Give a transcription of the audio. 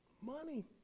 Money